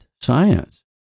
science